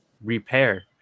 repair